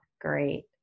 Great